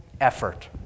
effort